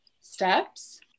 steps